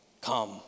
come